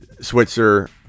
switzer